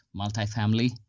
multifamily